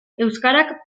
euskarak